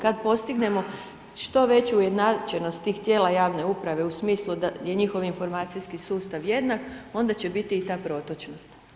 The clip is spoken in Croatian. Kad postignemo što veću ujednačenost tih tijela javne uprave u smislu da je njihov informacijski sustav jednak, onda će biti i ta protočnost.